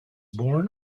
born